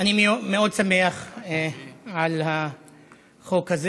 אני מאוד שמח על החוק הזה.